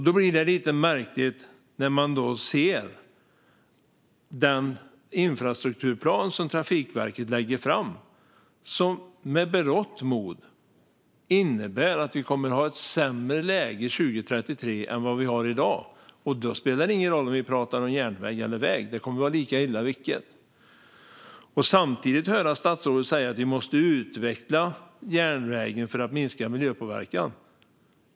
Då blir det lite märkligt att se den infrastrukturplan som Trafikverket lägger fram där man med berått mod gör så att vi kommer att ha ett sämre läge 2033 än vad vi har i dag. Då spelar det ingen roll om vi pratar om järnväg eller väg; det kommer att vara lika illa i vilket fall. Samtidigt hör vi statsrådet säga att vi måste utveckla järnvägen för att minska miljöpåverkan.